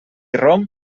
romp